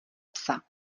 psa